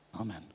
Amen